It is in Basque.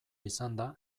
izanda